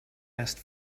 asked